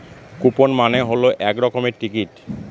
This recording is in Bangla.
কুপন মানে হল এক রকমের টিকিট